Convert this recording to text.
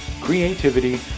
creativity